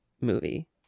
movie